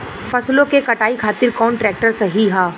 फसलों के कटाई खातिर कौन ट्रैक्टर सही ह?